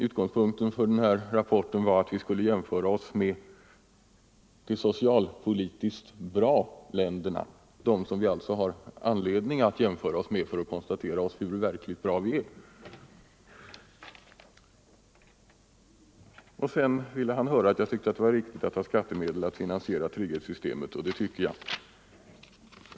Utgångspunkten för den här rapporten var att vi skulle jämföra Sverige med de socialpolitiskt långt komna länderna, dem som vi alltså har anledning att jämföra oss med för att konstatera hur verkligt bra vi är. Herr Nordberg ville också höra om jag tyckte det var riktigt att använda skattemedel för att finansiera trygghetssystemet, och det tycker jag.